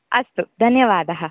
अस्तु धन्यवादः